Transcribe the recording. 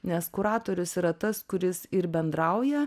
nes kuratorius yra tas kuris ir bendrauja